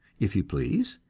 if you please,